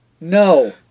No